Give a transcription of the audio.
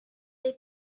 they